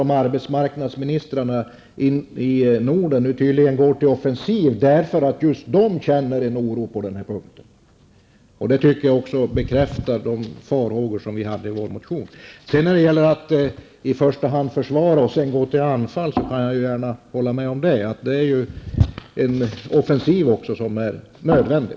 Och arbetsmarknadsministrarna i Norden går nu tydligen till offensiv därför att just de känner en oro på denna punkt. Det tycker jag bekräftar de farhågor som vi framförde i vår motion. När det gäller att i första hand försvara oss och sedan gå till anfall kan jag hålla med om att också en offensiv är nödvändig.